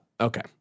Okay